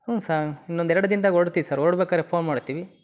ಹ್ಞೂಂ sir ಇನ್ನೊಂದು ಎರಡು ದಿನ್ದಾಗೆ ಹೊರಡ್ತೀವಿ ಸರ್ ಹೊರ್ಡ ಬೇಕಾದರೆ ಫೋನ್ ಮಾಡ್ತೀವಿ